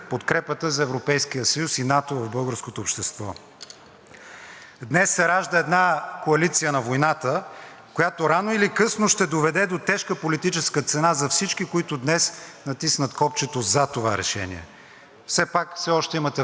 която рано или късно ще доведе до тежка политическа цена за всички, които днес натиснат копчето за това решение. Все пак все още имате време да размислите, преди това да се е случило. Ние от БСП казваме: не на войната – да на мира. Благодаря.